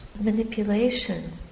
manipulation